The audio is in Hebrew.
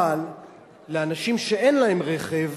אבל לאנשים שאין להם רכב,